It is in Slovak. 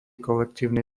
kolektívnej